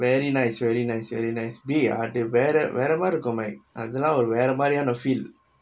very nice very nice very nice dey அது வேற வேற மாதிரி இருக்கோ:athu vera vera maathiri irukko like அதலா ஒரு வேற மாரியான ஒரு:athulaa oru vera maariyaana oru feel